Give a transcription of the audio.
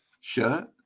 shirt